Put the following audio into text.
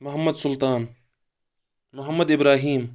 Mohammad Sultan Mohammad Ibrahim